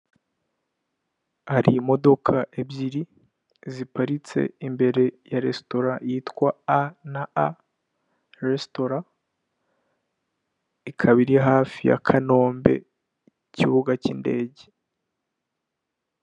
Hari imodoka ebyiri ziparitse imbere ya resitora yitwa a na a resitora, ikaba iri hafi ya kanombe ikibuga cy'indege.